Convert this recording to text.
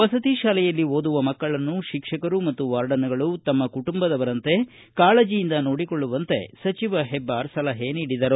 ವಸತಿ ಶಾಲೆಯಲ್ಲಿ ಓದುವ ಮಕ್ಕಳನ್ನು ಶಿಕ್ಷಕರು ಮತ್ತು ವಾರ್ಡನ್ಗಳು ತಮ್ಮ ಕುಟುಂಬದವರಂತೆ ಕಾಳಜೆಯಿಂದ ನೋಡಿಕೊಳ್ಳುವಂತೆ ಸಚಿವ ಹೆಬ್ಬಾರ್ ಸಲಹೆ ನೀಡಿದರು